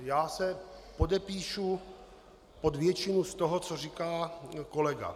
Já se podepíšu pod většinu z toho, co říká kolega.